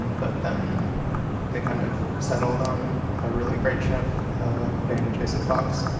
but then they kind of settled on a really great chef named jason fox.